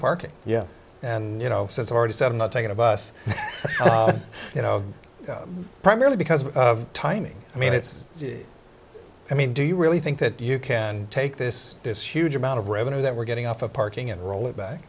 parking yeah and you know since already said i'm not taking a bus you know primarily because of timing i mean it's i mean do you really think that you can take this this huge amount of revenue that we're getting off of parking and roll it back